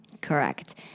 Correct